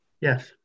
Yes